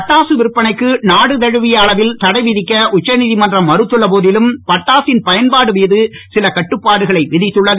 பட்டாசு விற்பனைக்கு நாடு தழுவிய அளவில் தடைவிதிக்க உச்சநீதிமன்றம் மறுத்துள்ள போதிலும் பட்டாசின் பயன்பாடு மீது சில கட்டுப்பாடுகளை விதித்துள்ளது